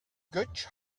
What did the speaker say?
götsch